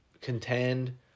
contend